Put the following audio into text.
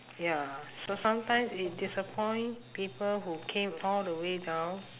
ya so sometimes it disappoint people who came all the way down